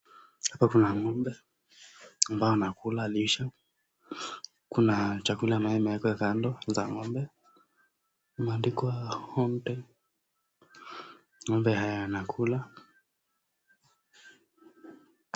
Hapa kuna Ng'ombe ambaye anakula lishe, kuna chakula ambayo imewekwa kando za Ng'ombe imeandikwa Hunting, ng'ombe haya yanakula.